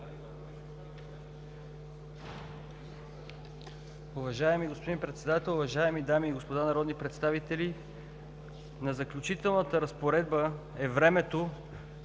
Уважаеми господин Председател, уважаеми дами и господа народни представители! На Заключителната разпоредба е времето